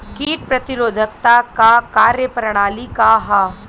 कीट प्रतिरोधकता क कार्य प्रणाली का ह?